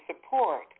support